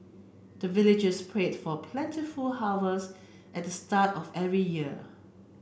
the villagers prayed for plentiful harvest at the start of every year